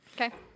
Okay